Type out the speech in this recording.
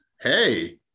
hey